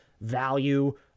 value